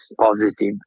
positive